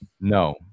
No